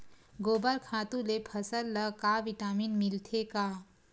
गोबर खातु ले फसल ल का विटामिन मिलथे का?